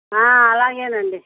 అలాగేనండి